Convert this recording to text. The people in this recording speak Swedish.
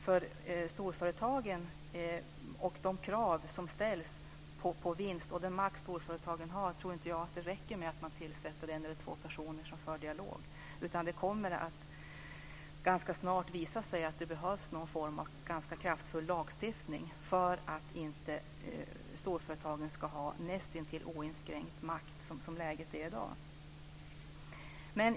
Jag tror inte att det räcker med att tillsätta en eller två personer för att föra en dialog med storföretagen med tanke på de krav som ställs på vinst och den makt de har. Det kommer snart att visa sig att det behövs någon form av kraftfull lagstiftning för att storföretagen inte ska ha den näst intill oinskränkta makt de har i dag.